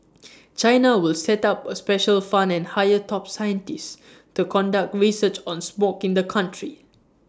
China will set up A special fund and hire top scientists to conduct research on smog in the country